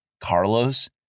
Carlos